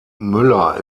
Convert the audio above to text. müller